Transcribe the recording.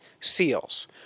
seals